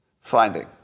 Finding